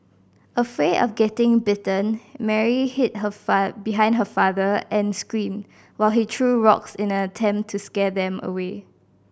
afraid of getting bitten Mary hid her behind her father and screamed while he threw rocks in an attempt to scare them away